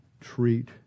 treat